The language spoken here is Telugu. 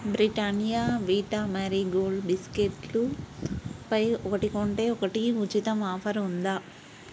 బ్రిటానియా వీటా మారి గోల్డ్ బిస్కెట్లపై ఒకటి కొంటే ఒకటి ఉచిత ఆఫరు ఉందా